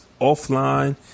offline